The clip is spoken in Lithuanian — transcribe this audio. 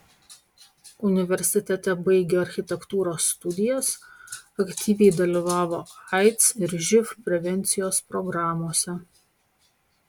universitete baigė architektūros studijas aktyviai dalyvavo aids ir živ prevencijos programose